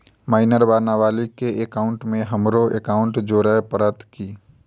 Minor वा नबालिग केँ एकाउंटमे हमरो एकाउन्ट जोड़य पड़त की?